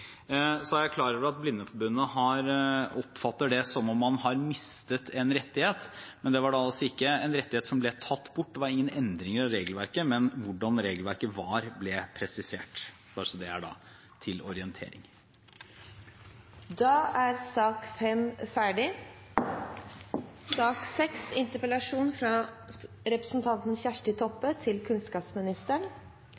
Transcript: Så er jeg klar over at Blindeforbundet oppfatter det som om man har mistet en rettighet, men det var ikke en rettighet som ble tatt bort, det var ingen endringer av regelverket, men hvordan regelverket var, ble presisert. Bare så det er til orientering. Debatten i sak